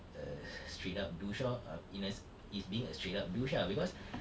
err straight up douche oh err in a s~ is being a straight up douche ah because